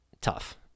tough